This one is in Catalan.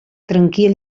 tranquil